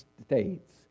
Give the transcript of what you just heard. states